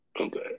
Okay